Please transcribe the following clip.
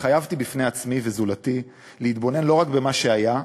התחייבתי בפני עצמי וזולתי להתבונן לא רק במה שהיה,